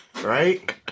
Right